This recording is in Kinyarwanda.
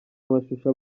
amashusho